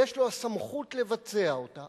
יש לו הסמכות לבצע אותה